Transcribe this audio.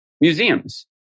museums